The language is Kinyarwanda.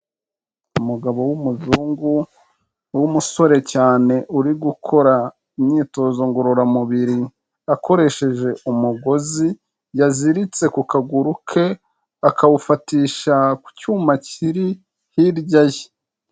Umugabo w'umuzungu w'umusore cyane, uri gukora imyitozo ngororamubiri, akoresheje umugozi, yaziritse ku kaguru ke, akawufatisha ku cyuma kiri hirya ye.